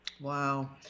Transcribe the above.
Wow